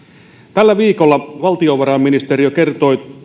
tällä viikolla valtiovarainministeriö kertoi